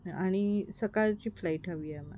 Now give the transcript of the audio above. आणि सकाळची फ्लाईट हवी आहे आम्हाला